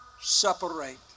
separate